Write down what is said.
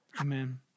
Amen